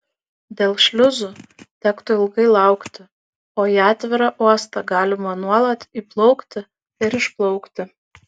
dėl šliuzų tektų ilgai laukti o į atvirą uostą galima nuolat įplaukti ir išplaukti